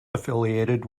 affiliated